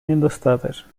недостаточно